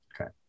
Okay